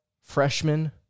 freshman